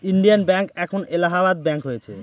Indian bank এখন Allahabad bank হয়েছে